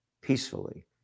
peacefully